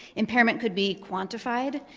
impairment could be quantified,